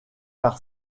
par